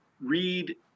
read